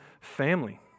family